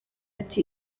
ati